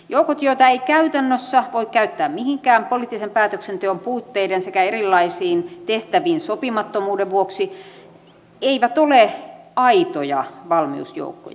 joukot joita ei käytännössä voi käyttää mihinkään poliittisen päätöksenteon puutteiden sekä erilaisiin tehtäviin sopimattomuuden vuoksi eivät ole aitoja valmiusjoukkoja